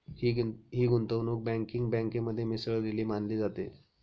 ही गुंतवणूक बँकिंग बँकेमध्ये मिसळलेली मानली जाते